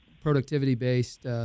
productivity-based